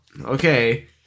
okay